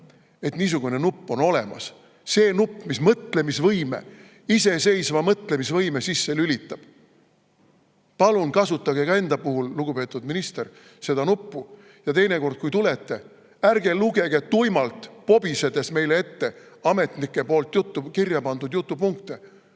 et niisugune nupp on olemas. See nupp, mis mõtlemisvõime, iseseisva mõtlemisvõime sisse lülitab. Palun kasutage ka enda puhul, lugupeetud minister, seda nuppu ja teinekord, kui tulete, ärge lugege tuimalt pobisedes meile ette ametnike kirja pandud jutupunkte,